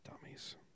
Dummies